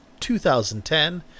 2010